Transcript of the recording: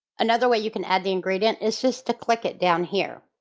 another way you can add the ingredient is just to click it down here.